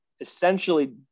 essentially